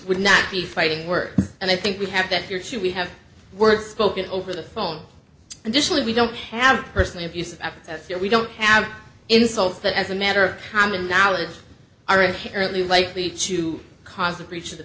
would not be fighting work and i think we have that here too we have words spoken over the phone and usually we don't have personally abusive epithets here we don't have insults that as a matter of common knowledge are inherently likely to cause a breach of the